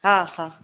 हा हा